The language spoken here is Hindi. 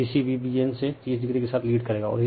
Vbc Vbn से 30o के साथ लीड करेगा